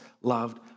loved